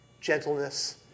gentleness